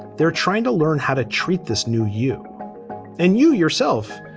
they're trying to learn how to treat this new you and you yourself.